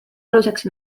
aluseks